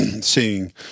seeing